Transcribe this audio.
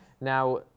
Now